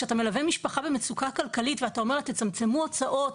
כשאתה מלווה משפחה במצוקה כלכלית ואתה אומר לה: תצמצמו הוצאות,